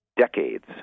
decades